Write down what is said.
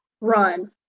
run